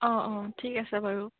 অঁ অঁ ঠিক আছে বাৰু